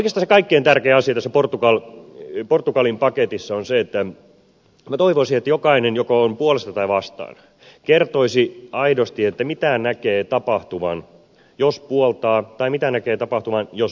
oikeastaan se kaikkein tärkein asia tässä portugalin paketissa on se että toivoisin että jokainen joka on puolesta tai vastaan kertoisi aidosti mitä näkee tapahtuvan jos puoltaa tai mitä näkee tapahtuvan jos vastustaa